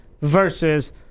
versus